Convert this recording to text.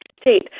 state